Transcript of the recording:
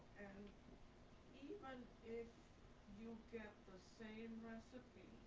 and even if you get the same recipe.